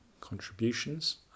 contributions